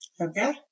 Okay